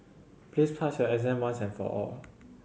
please pass your exam once and for all